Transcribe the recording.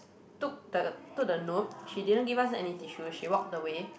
took the took the note she didn't give us any tissues she walked away